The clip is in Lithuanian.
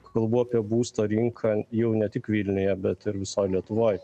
kalbų apie būsto rinką jau ne tik vilniuje bet ir visoj lietuvoj